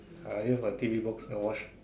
I use my T_V box and watch